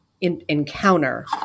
encounter